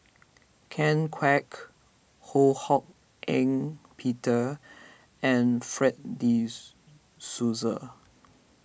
Ken Kwek Ho Hak Ean Peter and Fred De Souza